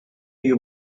you